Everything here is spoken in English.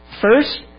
first